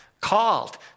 called